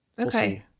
okay